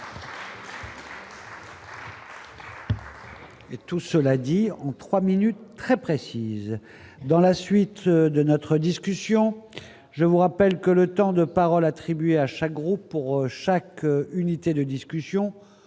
Et tout cela dit, en 3 minutes très précises dans la suite de notre discussion, je vous rappelle que le temps de parole attribués à chaque groupe pour chaque unité de discussion